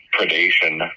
predation